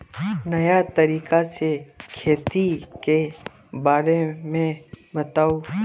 नया तरीका से खेती के बारे में बताऊं?